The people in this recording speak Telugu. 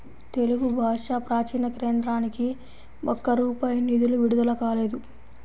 తెలుగు భాషా ప్రాచీన కేంద్రానికి ఒక్క రూపాయి నిధులు విడుదల కాలేదు